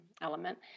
element